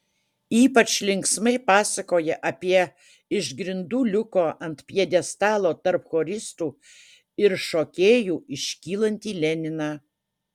ypač linksmai pasakoja apie iš grindų liuko ant pjedestalo tarp choristų ir šokėjų iškylantį leniną